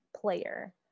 player